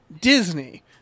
Disney